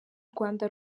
rwanda